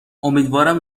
امیدوارم